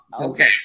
Okay